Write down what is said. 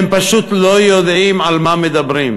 הם פשוט לא יודעים על מה מדברים.